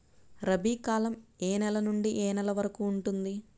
రబీ కాలం ఏ నెల నుండి ఏ నెల వరకు ఉంటుంది?